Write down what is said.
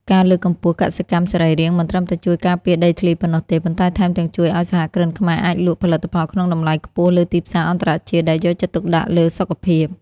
ការលើកកម្ពស់កសិកម្មសរីរាង្គមិនត្រឹមតែជួយការពារដីធ្លីប៉ុណ្ណោះទេ ប៉ុន្តែថែមទាំងជួយឱ្យសហគ្រិនខ្មែរអាចលក់ផលិតផលក្នុងតម្លៃខ្ពស់លើទីផ្សារអន្តរជាតិដែលយកចិត្តទុកដាក់លើសុខភាព។